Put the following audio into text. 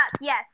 yes